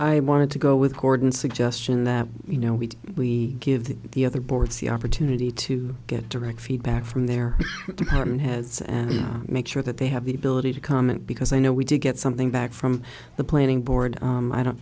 i wanted to go with gordon suggestion that you know we we give the other boards the opportunity to get direct feedback from their department heads and make sure that they have the ability to comment because i know we did get something back from the planning board i don't